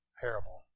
parable